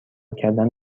کردن